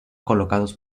colocados